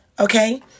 Okay